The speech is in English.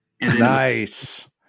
Nice